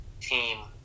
team